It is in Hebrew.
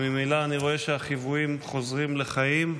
וממילא אני רואה שהחיוויים חוזרים לחיים,